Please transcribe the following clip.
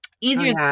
Easier